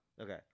Okay